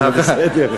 אה, בסדר.